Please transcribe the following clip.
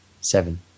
Seven